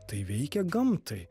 tai veikia gamtai